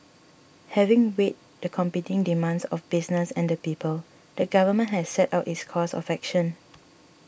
having weighed the competing demands of business and the people the government has set out its course of action